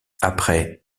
après